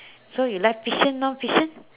so you like fiction orh fiction